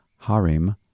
Harim